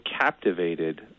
captivated